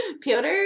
Piotr